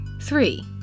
Three